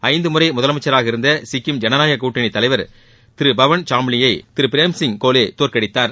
ஐந்து முறை முதலமைச்சராக இருந்த சிக்கிம் ஜனநாயக கூட்டணி தலைவர் திரு பவன்சாம்ளிங் யை திரு பிரேம்சிங் கோலே தோற்கடித்தார்